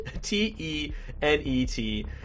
T-E-N-E-T